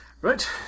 right